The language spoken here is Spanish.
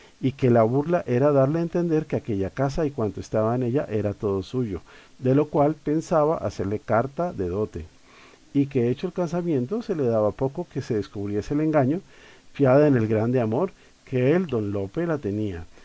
y que la burla era darle a entender que aquella casa y cuanto estaba en ella era todo suyo de lo cual pensaba hacerle carta de dote y que hecho el casamiento se le d aba poco que se descubriese el engaño fiada en el grande amor que el don lope la tenía